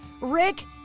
Rick